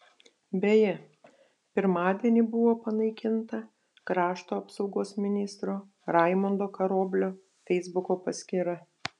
beje pirmadienį buvo panaikinta krašto apsaugos ministro raimundo karoblio feisbuko paskyra